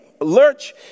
Lurch